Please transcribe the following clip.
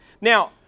Now